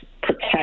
protect